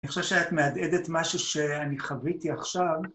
אני חושב שאת מהדהת משהו שאני חוויתי עכשיו